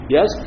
Yes